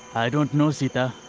i don't know, sita.